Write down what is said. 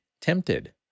tempted